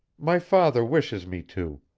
my father wishes me to.